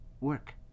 work